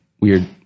weird